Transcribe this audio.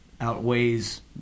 outweighs